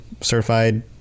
certified